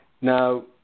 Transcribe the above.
Now